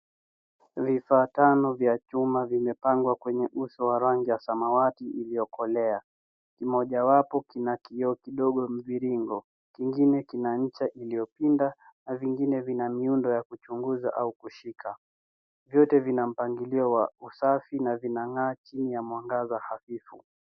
Vifaa tano vya chuma, vimepangwa kwenye uso wa rangi ya samawati iliyokolea. Mojawapo kina kioo kidogo mviringo, kingine kina ncha iliyopinda na vingine vina miundo ya kuchunguza au kushika. Vyote vina mpangilio wa usafi na vinang'aa chini ya mwangaza hafifu.